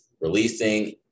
releasing